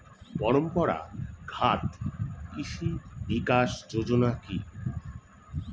পরম্পরা ঘাত কৃষি বিকাশ যোজনা কি?